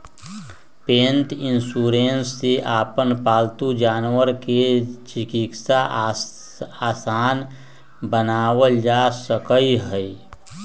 पेट insurance से अपन पालतू जानवर के चिकित्सा आसान बनावल जा सका हई